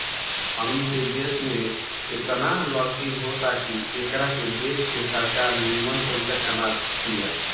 हमनी के देश में एतना लकड़ी होता की एकरा के बेच के सरकार निमन पइसा कमा तिया